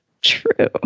True